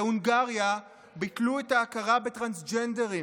בהונגריה ביטלו את ההכרה בטרנסג'נדרים